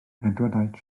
edward